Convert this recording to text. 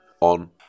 on